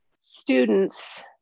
students